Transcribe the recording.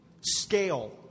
Scale